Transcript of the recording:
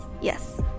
yes